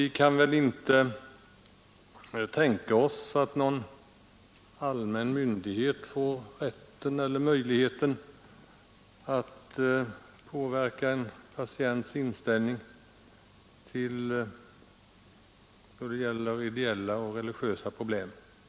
Vi kan väl inte tänka oss att någon allmän myndighet får möjligheten att påverka en patients inställning då det gäller ideella och religiösa problem.